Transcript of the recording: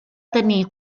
tenir